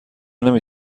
نمی